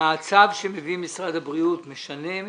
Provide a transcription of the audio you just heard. הצו שמביא משרד הבריאות משנה מבחינתכם?